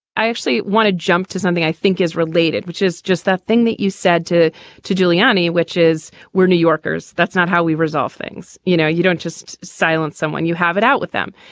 i actually want to jump to something i think is related, which is just the thing that you said to to giuliani, which is we're new yorkers. that's not how we resolve things. you know, you don't just silence someone. you have it out with them.